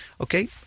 Okay